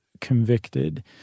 convicted